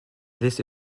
this